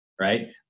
right